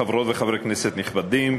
חברות וחברי כנסת נכבדים,